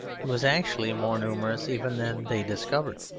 he was actually more numerous even than they discovered.